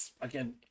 again